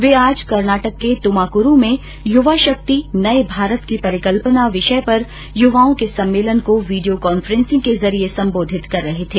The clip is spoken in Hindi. वे आज कर्नाटक के तुमाकुरु में युवा शक्ति नये भारत की परिकल्पना विषय पर युवाओं के सम्मेलन को वीडियो कांफ्रेंसिंग के जरिए संबोधित कर रहे थे